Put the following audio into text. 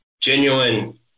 genuine